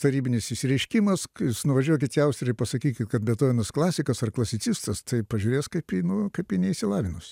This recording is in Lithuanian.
tarybinis išsireiškimas jūs nuvažiuokit į austriją ir pasakykit kad bethovenas klasikas ar klasicistas tai pažiūrės kaip į nu kaip į neišsilavinusį